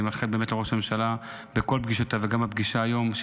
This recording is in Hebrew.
אני מאחל לראש ממשלה הצלחה רבה בכל פגישותיו וגם בפגישה היום.